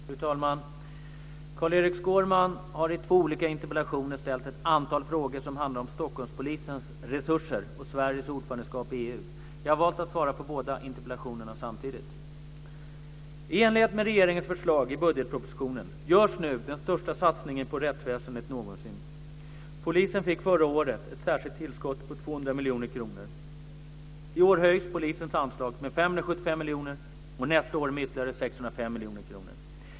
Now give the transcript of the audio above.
Fru talman! Carl-Erik Skårman har i två olika interpellationer ställt ett antal frågor som handlar om Stockholmspolisens resurser och Sveriges ordförandeskap i EU. Jag har valt att svara på båda interpellationerna samtidigt. I enlighet med regeringens förslag i budgetpropositionen görs nu den största satsningen på rättsväsendet någonsin. Polisen fick förra året ett särskilt tillskott på 200 miljoner kronor. I år höjs polisens anslag med 575 miljoner kronor och nästa år med ytterligare 605 miljoner kronor.